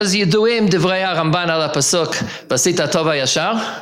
אז ידועים דברי הרמבן על הפסוק ועשית הטוב והישר,